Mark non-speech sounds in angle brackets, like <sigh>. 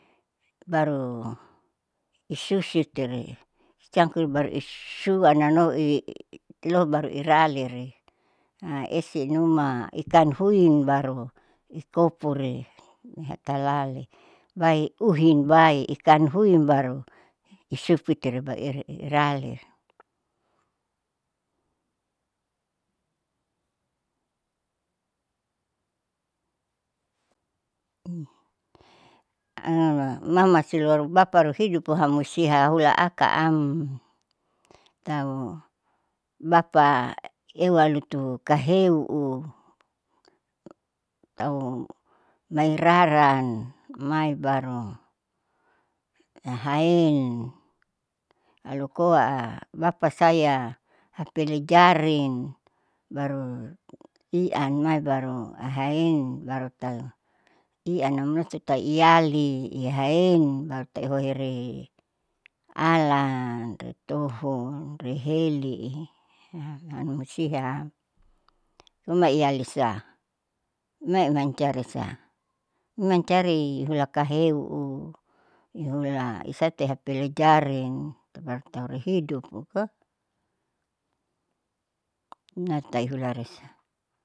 Baru isusiteri siammkoi baru issuanamnoi iii itilo baru iralain haesinuma ikan huin baru ikopuri ihatalali baeuhin bae ikan huin baru isupiti rebaeirali. <noise> auharuma mamasilo auparuhidup hamosia hula akaam tau bapa ewalutu kaheu u tau mairaran maibaru ahaein alukoa tapasaya hapele jaring baru i an main baru ahaein baru tau i an amloto tau iyali ihaein baru tau ihare alan ritohon, riheli anumasiam loimala au alisa mai mancari sia, mancari laheuu ihula isate hapele jaring itu baru tau rihidup to nataihularisa.